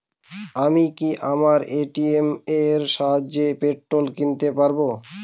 আমি কি আমার এ.টি.এম এর সাহায্যে পেট্রোল কিনতে পারব?